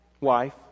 wife